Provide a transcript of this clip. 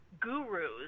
gurus